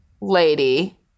lady